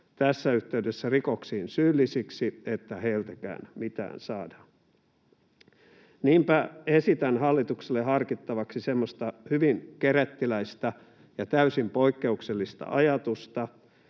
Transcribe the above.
tässä yhteydessä rikoksiin syyllisiksi, mitään saadaan. Niinpä esitän hallitukselle harkittavaksi semmoista hyvin kerettiläistä ja täysin poikkeuksellista ajatusta,